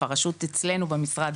הרשות אצלנו במשרד